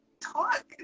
talk